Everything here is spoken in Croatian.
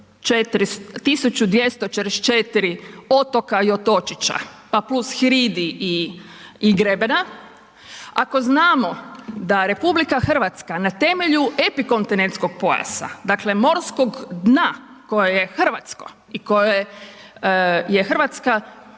1.244 otoka i otočića pa plus hridi i grebena, ako znamo da RH na temelju epikontinentskog pojasa dakle morskog dna koje je Hrvatsko i koje je Hrvatska,